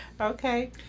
Okay